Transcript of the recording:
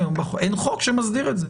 אין חוק שמסדיר את זה.